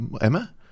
Emma